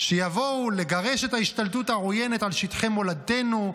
שיבואו לגרש את ההשתלטות העוינת על שטחי מולדתנו,